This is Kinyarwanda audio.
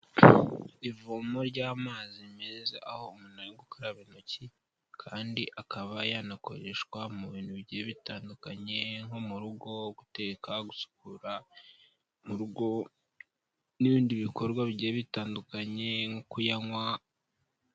Ivomo ry'amazi meza, aho umuntu ari gukaraba intoki kandi akaba yanakoreshwa mu bintu bigiye bitandukanye nko mu rugo, guteka, gusukura mu rugo n'ibindi bikorwa bigiye bitandukanye nko kuyanywa